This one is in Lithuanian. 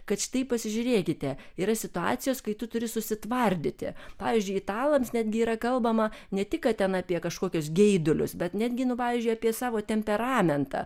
kad štai pasižiūrėkite yra situacijos kai tu turi susitvardyti pavyzdžiui italams netgi yra kalbama ne tik kad ten apie kažkokius geidulius bet netgi nu pavyzdžiui apie savo temperamentą